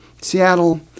Seattle